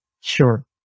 sure